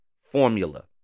formula